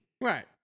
Right